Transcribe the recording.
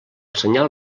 senyal